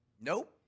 Nope